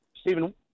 Stephen